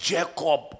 Jacob